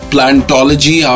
Plantology